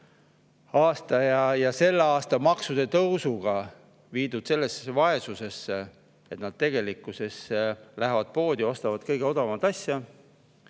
aasta ja selle aasta maksude tõusuga viidud sellisesse vaesusesse, et nad tegelikkuses lähevad poodi ja ostavad kõige odavamaid asju.